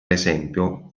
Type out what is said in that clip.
esempio